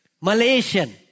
Malaysian